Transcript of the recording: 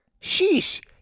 Sheesh